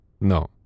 No